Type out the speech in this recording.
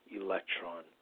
electron